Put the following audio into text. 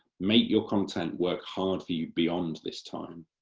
make your content work hard for you beyond this time.